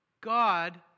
God